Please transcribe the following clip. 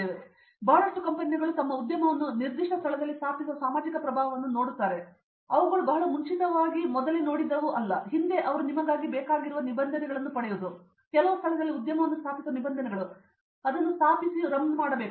ಉದಾಹರಣೆಗೆ ಬಹಳಷ್ಟು ಕಂಪೆನಿಗಳು ತಮ್ಮ ಉದ್ಯಮವನ್ನು ನಿರ್ದಿಷ್ಟ ಸ್ಥಳದಲ್ಲಿ ಸ್ಥಾಪಿಸುವ ಸಾಮಾಜಿಕ ಪ್ರಭಾವವನ್ನು ನೋಡುತ್ತಾರೆ ಅವುಗಳು ಬಹಳ ಮುಂಚಿತವಾಗಿ ಮೊದಲೇ ನೋಡಿದವು ಅಲ್ಲ ಹಿಂದೆ ಅವರು ನಿಮಗಾಗಿ ಬೇಕಾಗಿರುವುದು ನಿಬಂಧನೆಗಳನ್ನು ಪಡೆಯುವುದು ಕೆಲವು ಸ್ಥಳದಲ್ಲಿ ಉದ್ಯಮವನ್ನು ಸ್ಥಾಪಿಸುವ ನಿಬಂಧನೆಗಳು ಮತ್ತು ಅದನ್ನು ಸ್ಥಾಪಿಸಲು ಮತ್ತು ರನ್ ಮಾಡುತ್ತವೆ